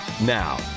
Now